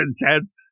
intense